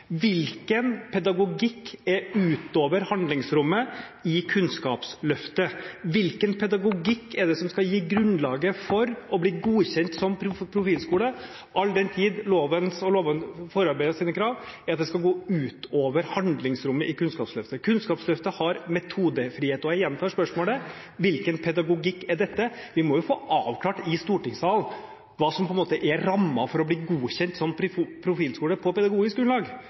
Hvilken pedagogikk er utover handlingsrommet i Kunnskapsløftet? Hvilken pedagogikk er det som skal gi grunnlaget for å bli godkjent som profilskole, all den tid lovens og forarbeidenes krav er at det skal gå utover handlingsrommet i Kunnskapsløftet? Kunnskapsløftet har metodefrihet. Jeg gjentar spørsmålet: Hvilken pedagogikk er dette? Vi må jo få avklart i stortingssalen hva som på en måte er rammen for å bli godkjent som profilskole på pedagogisk grunnlag.